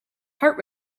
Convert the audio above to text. heart